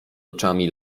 oczami